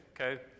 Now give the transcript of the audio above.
Okay